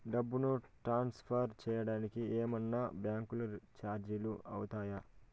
డబ్బును ట్రాన్స్ఫర్ సేయడానికి ఏమన్నా బ్యాంకు చార్జీలు అవుతాయా?